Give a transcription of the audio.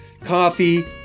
coffee